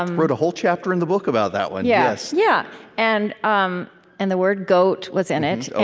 um wrote a whole chapter in the book about that one, yes yeah and um and the word goat was in it oh,